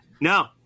No